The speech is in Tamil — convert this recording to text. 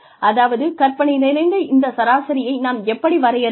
அதாவது கற்பனை நிறைந்த இந்த சராசரியை நாம் எப்படி வரையறுப்பது